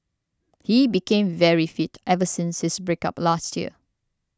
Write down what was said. he became very fit ever since his breakup last year